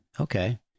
okay